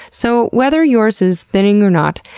so whether yours is thinning or not.